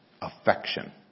Affection